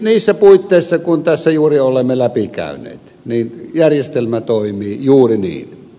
niissä puitteissa kuin tässä juuri olemme läpikäyneet järjestelmä toimii juuri niin